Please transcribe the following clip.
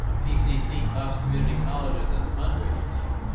ah pcc tops community colleges and fundraising,